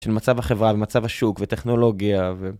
של מצב החברה, על מצב השוק, וטכנולוגיה, ו...